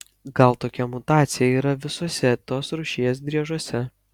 gal tokia mutacija yra visuose tos rūšies driežuose